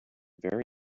very